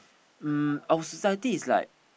um our society is like